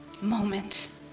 moment